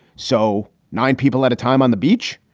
so nine people at a time on the beach.